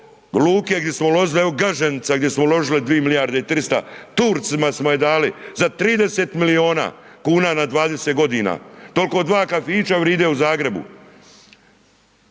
luke gdje smo uvozili, Gaženica gdje smo uložili 2 milijarde i 300, Turcima smo je dali za 30 milijuna kuna na 20 g., toliko dva kafića vrijede u Zagrebu.